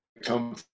come